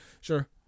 Sure